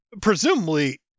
presumably